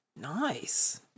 Nice